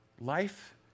Life